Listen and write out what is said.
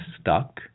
stuck